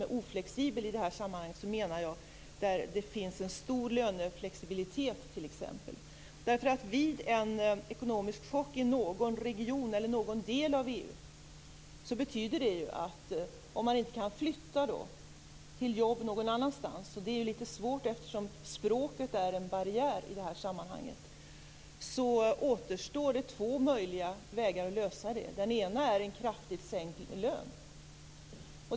Med oflexibel i det här sammanhanget menar jag länder där det t.ex. finns en stor löneflexibilitet. Vid en ekonomisk chock i någon region eller någon del av EU betyder det att om man inte kan flytta till jobb någon annanstans, och det är litet svårt eftersom språket är en barriär i det här sammanhanget, återstår två möjliga vägar för att lösa problemet. Den ena är en kraftigt sänkt lön.